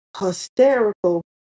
hysterical